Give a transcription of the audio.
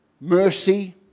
mercy